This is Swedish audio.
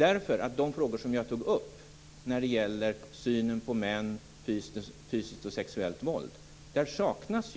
I de frågor som jag tog upp, t.ex. synen på män och fysiskt och sexuellt våld, saknas